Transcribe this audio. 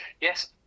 Yes